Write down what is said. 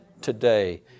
today